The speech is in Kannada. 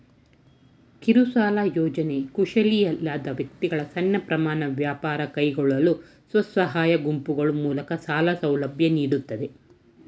ಕಿರುಸಾಲ ಯೋಜ್ನೆ ಕುಶಲಿಯಲ್ಲದ ವ್ಯಕ್ತಿಗಳು ಸಣ್ಣ ಪ್ರಮಾಣ ವ್ಯಾಪಾರ ಕೈಗೊಳ್ಳಲು ಸ್ವಸಹಾಯ ಗುಂಪುಗಳು ಮೂಲಕ ಸಾಲ ಸೌಲಭ್ಯ ನೀಡುತ್ತೆ